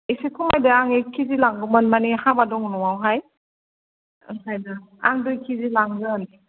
एसे खमायदो आं एक किजि लांगौमोन मानि हाबा दं न'आवहाय ओंखायनो आं दुइ किजि लांगोन